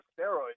steroids